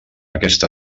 aquesta